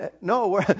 No